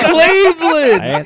Cleveland